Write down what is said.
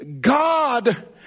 God